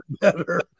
better